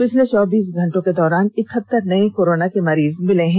पिछले चौबीस घंटों को दौरान एकहत्तर नये कोरोना के मरीज मिले हैं